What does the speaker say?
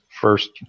first